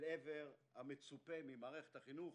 אל עבר המצופה ממערכת החינוך,